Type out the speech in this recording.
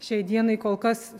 šiai dienai kol kas